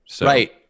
Right